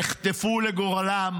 הם נחטפו לגורלם